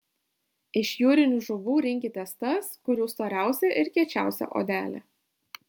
iš jūrinių žuvų rinkitės tas kurių storiausia ir kiečiausia odelė